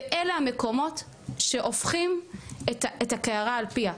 ואלה המקומות שהופכים את הקערה על פיה,